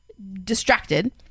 Distracted